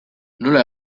nola